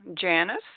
Janice